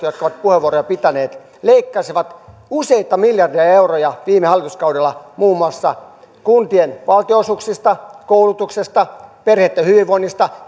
jotka ovat puheenvuoroja täällä voimakkaasti pitäneet leikkasivat useita miljardeja euroja viime hallituskaudella muun muassa kuntien valtionosuuksista koulutuksesta perheitten hyvinvoinnista